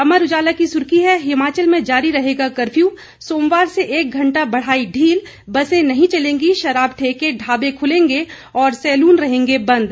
अमर उजाला की सुर्खी है हिमाचल में जारी रहेगा कफ़र्यू सोमवार से एक घंटा बढ़ाई ढील बसें नहीं चलेंगी शराब ठेके ढाबे खुलेंगे और सैलून रहेंगे बंद